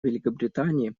великобритании